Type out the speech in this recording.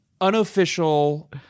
Unofficial